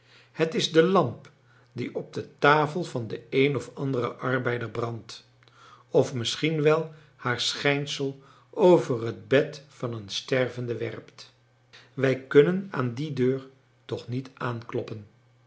het is de lamp die op de tafel van den een of anderen arbeider brandt of misschien wel haar schijnsel over het bed van een stervende werpt wij kunnen aan die deur toch niet aankloppen